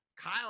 Kyle